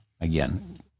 again